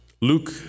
Luke